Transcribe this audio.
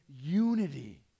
unity